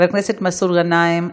חבר הכנסת מסעוד גנאים,